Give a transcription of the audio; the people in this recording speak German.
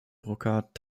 rocard